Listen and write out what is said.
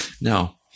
Now